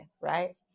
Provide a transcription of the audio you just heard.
right